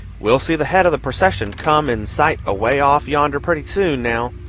we'll see the head of the procession come in sight away off yonder pretty soon, now.